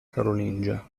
carolingia